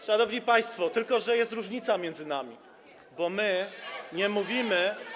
Szanowni państwo, tylko jest różnica między nami, bo my nie mówimy.